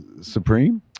Supreme